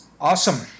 Awesome